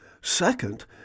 Second